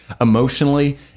emotionally